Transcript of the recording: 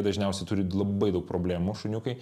dažniausiai turi labai daug problemų šuniukai